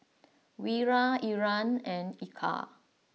Wira Irfan and Eka